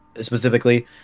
specifically